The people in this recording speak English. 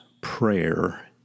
prayer